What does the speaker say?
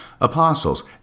apostles